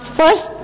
first